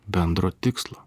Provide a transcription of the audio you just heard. bendro tikslo